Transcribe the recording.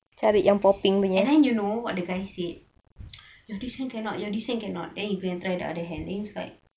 and then you know what the guy said you this [one] cannot your this [one] cannot and then he go and try the other hand and was like